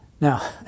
Now